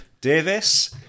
Davis